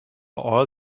all